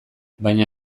baina